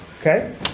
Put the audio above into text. okay